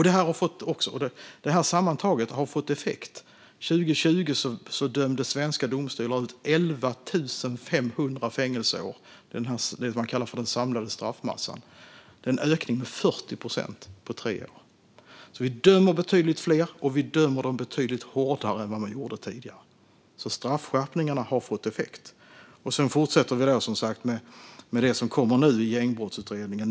Det här har sammantaget fått effekt. År 2020 dömde svenska domstolar ut 11 500 fängelseår. Det är det som man kallar för den samlade straffmassan. Det är en ökning med 40 procent på tre år. Vi dömer betydligt fler än vad man gjorde tidigare, och vi dömer dem betydligt hårdare. Straffskärpningarna har fått effekt. Vi fortsätter som sagt med det som nu kommer från Gängbrottsutredningen.